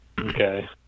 Okay